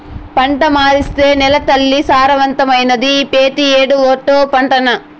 పంట మార్సేత్తే నేలతల్లి సారవంతమైతాది, పెతీ ఏడూ ఓటే పంటనా